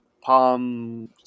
Palm